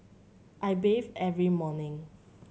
I bathe every morning